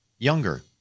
younger